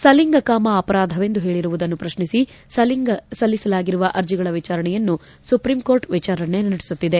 ಸಲಿಂಗಕಾಮ ಅಪರಾಧವೆಂದು ಹೇಳಿರುವುದನ್ನು ಪ್ರಶ್ನಿಸಿ ಸಲ್ಲಿಸಲಾಗಿರುವ ಅರ್ಜಿಗಳ ವಿಚಾರಣೆಯನ್ನು ಸುಪ್ರೀಂ ಕೋರ್ಟ್ ವಿಚಾರಣೆ ನಡೆಸುತ್ತಿದೆ